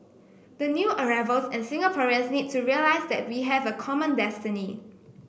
the new arrivals and Singaporeans need to realize that we have a common destiny